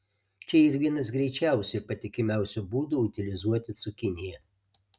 čia yr vienas greičiausių ir patikimiausių būdų utilizuoti cukiniją